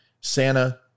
Santa